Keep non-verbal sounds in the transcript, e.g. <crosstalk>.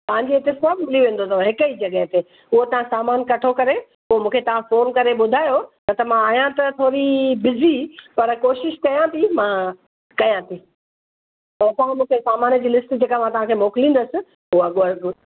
तव्हांखे हिते सभु मिली वेंदुव हिक ई हिकु जॻहि ते उहा तव्हां सामानु कठो करे पोइ मूंखे तव्हां फ़ोन करे ॿुधायो न त आहियां त थोरी बिज़ी पर कोशिशि कयां थी मां कयां थी तव्हां मूंखे सामान जी लिस्ट जेका मां तव्हांखे मोकिलींदसि उहा <unintelligible>